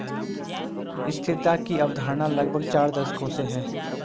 स्थिरता की अवधारणा लगभग चार दशकों से है